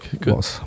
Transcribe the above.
Good